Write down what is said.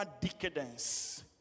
decadence